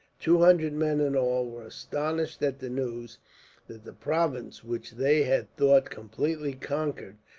two hundred men in all, were astonished at the news that the province, which they had thought completely conquered,